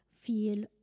feel